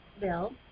Bill